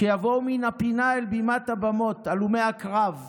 שיבואו מן הפינה אל בימת הבמות הלומי הקרב והנכים,